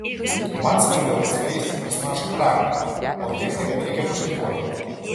man svarbiau atskleisti personažo charakterį o techniką dar reikia pašlifuoti